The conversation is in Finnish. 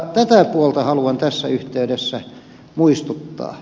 tästä puolesta haluan tässä yhteydessä muistuttaa